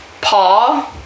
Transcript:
Paul